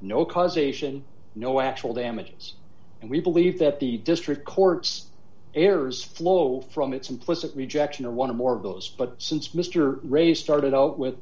no causation no actual damages and we believe that the district courts errors flow from its implicit rejection of one of more of those but since mr ray's started out with